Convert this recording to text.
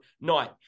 night